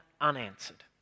unanswered